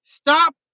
stop